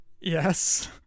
Yes